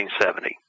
1970